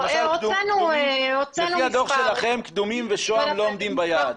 למשל לפי הדוח שלכם קדומים ושוהם לא עומדים ביעד,